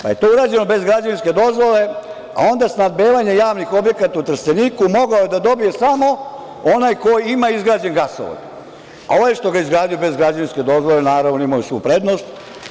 Pa je to urađeno bez građevinske dozvole, a onda snabedevanje javnih objekata u Trsteniku mogao je da dobije samo onaj ko ima izgrađen gasovod, a ovaj što ga je izgradio bez građevinske dozvole, naravno, on je imao i svu prednost.